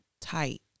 tight